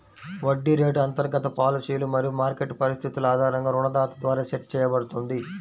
వడ్డీ రేటు అంతర్గత పాలసీలు మరియు మార్కెట్ పరిస్థితుల ఆధారంగా రుణదాత ద్వారా సెట్ చేయబడుతుంది